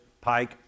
pike